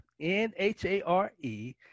n-h-a-r-e